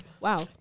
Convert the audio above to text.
wow